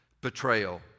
betrayal